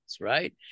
right